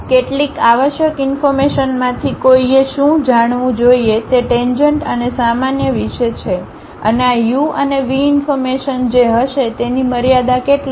કેટલીક આવશ્યક ઇન્ફોર્મેશનમાંથી કોઈએ શું જાણવું જોઈએ તે તેનજન્ટ અને સામાન્ય વિશે છે અને આ યુ અને વી ઇન્ફોર્મેશન જે હશે તેની મર્યાદા કેટલી છે